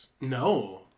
No